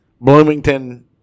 Bloomington